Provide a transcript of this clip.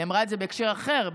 היא אמרה את זה בהקשר אחר,